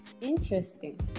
interesting